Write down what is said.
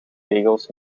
tegels